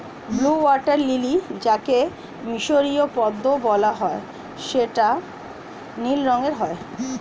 blue water lily যাকে মিসরীয় পদ্মও বলা হয় যেটা নীল রঙের হয়